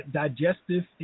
digestive